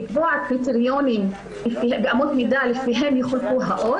לקבוע קריטריונים ואמות מידה שלפיהן תחולק האות.